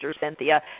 Cynthia